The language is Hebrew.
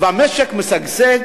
והמשק משגשג.